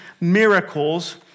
miracles